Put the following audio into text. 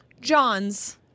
Johns